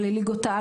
שקשור לזה,